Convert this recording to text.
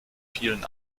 vielen